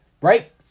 right